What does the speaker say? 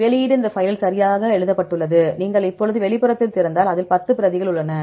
வெளியீடு இந்த ஃபைலில் சரியாக எழுதப்பட்டுள்ளது நீங்கள் இப்போது வெளிப்புறத்தை திறந்தால் அதில் 10 பிரதிகள் உள்ளன